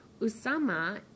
Usama